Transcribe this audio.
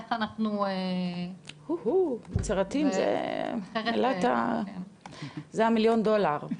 איך אנחנו --- יצירתיים - זה מילת המיליון דולר.